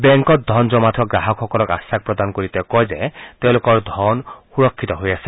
বেংকত ধন জমা থোৱা গ্ৰাহকসকলক আশ্বাস প্ৰদান কৰি তেওঁ কয় যে তেওঁলোকৰ ধন সুৰক্ষিত হৈ আছে